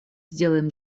сделаем